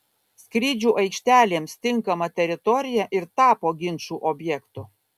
skrydžių aikštelėms tinkama teritorija ir tapo ginčų objektu